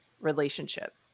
relationship